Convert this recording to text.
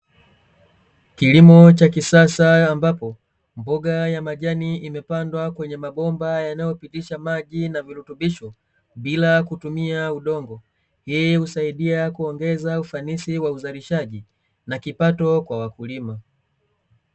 Kilimo cha kisasa ambapo mboga ya majani imepandwa kwenye mabomba yanayopitisha maji na virutubisho bila kutumia udongo, hii huongeza ufanisi wa uzalishaji na kipato kwa wakulima.